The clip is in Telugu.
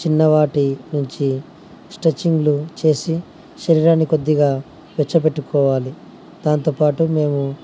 చిన్నపాటి నుంచి స్ట్రెచ్చింగ్లు చేసి శరీరాన్ని కొద్దిగా వెచ్చపెట్టుకోవాలి దాంతోపాటు మేము